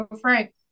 Frank